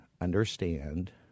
understand